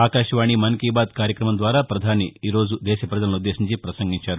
ఆకాశవాణి మన్ కీ బాత్ కార్యక్రమం ద్వారా ప్రధాని ఈ రోజు దేశ ప్రజలను ఉద్దేశించి ప్రసంగించారు